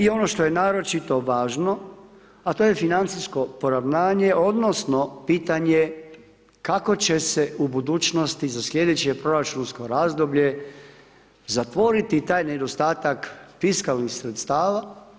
I ono što je naročito važno, a to je financijsko poravnanje odnosno pitanje kako će se u budućnosti za sljedeće proračunsko razdoblje zatvoriti taj nedostatak fiskalnih sredstava.